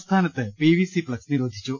സംസ്ഥാനത്ത് P V C flex നിരോധിച്ചു